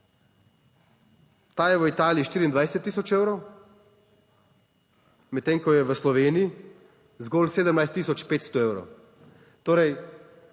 ta je v Italiji 24 tisoč evrov, medtem ko je v Sloveniji zgolj 17 tisoč 500 evrov, torej